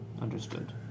Understood